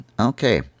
Okay